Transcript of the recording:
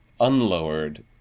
unlowered